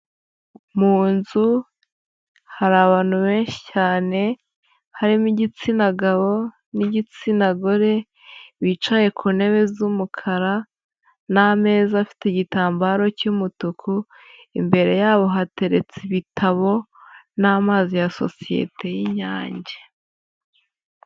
Mu nzu hari abantu benshi cyane, harimo igitsina gabo n'igitsina gore bicaye ku ntebe z'umukara n'ameza afite igitambaro cy'umutuku, imbere yabo hateretse ibitabo n'amazi ya sosiyete y'Inyange.